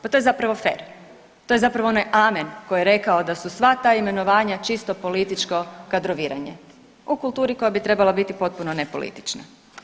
Pa to je zapravo fer, to je zapravo onaj amen koji je rekao da su sva ta imenovanja čisto političko kadroviranje u kulturi koja bi trebala biti potpuno nepolitična.